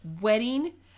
wedding